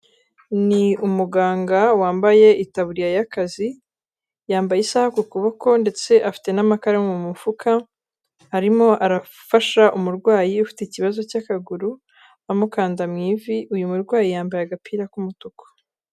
Ni umuganga wambaye itaburiya y'akazi, yambaye isaha ku kuboko ndetse afite n'amakara mu mufuka, arimo arafasha umurwayi ufite ikibazo cy'akaguru, amukanda mu iv,i uyu murwayi yambaye agapira k'umutuku.